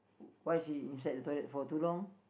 why is he inside the toilet for too long